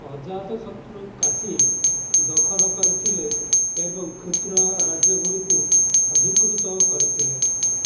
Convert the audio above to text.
ଅଜାତଶତ୍ରୁ କାଶୀ ଦଖଲ୍ କରିଥିଲେ ଏବଂ କ୍ଷୁଦ୍ର ରାଜ୍ୟଗୁଡ଼ିକୁ ଅଧିକୃତ କରିଥିଲେ